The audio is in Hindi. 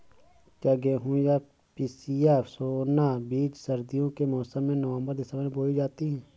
क्या गेहूँ या पिसिया सोना बीज सर्दियों के मौसम में नवम्बर दिसम्बर में बोई जाती है?